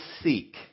seek